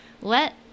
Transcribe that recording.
let